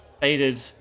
faded